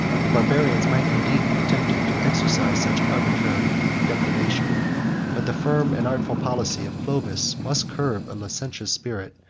the barbarians might indeed be tempted to exercise such arbitrary depredation but the firm and artful policy of clovis must curb a licentious spirit,